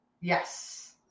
Yes